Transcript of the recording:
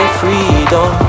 freedom